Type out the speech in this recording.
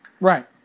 Right